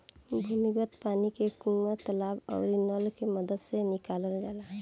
भूमिगत पानी के कुआं, तालाब आउरी नल के मदद से निकालल जाला